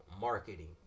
Marketing